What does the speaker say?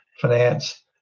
finance